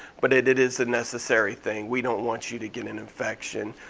but it it is a necessary thing. we don't want you to get an infection.